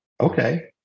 Okay